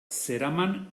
zeraman